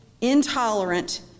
intolerant